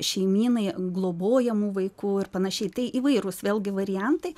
šeimynai globojamų vaikų ir panašiai tai įvairūs vėlgi variantai